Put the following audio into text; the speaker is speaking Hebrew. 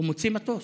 הוא מוציא מטוס,